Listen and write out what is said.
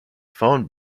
phone